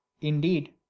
indeed